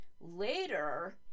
later